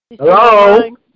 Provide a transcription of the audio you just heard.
Hello